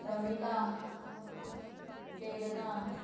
Pramila Prerna